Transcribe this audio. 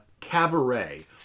Cabaret